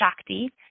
Shakti